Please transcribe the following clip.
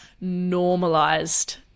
normalized